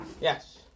Yes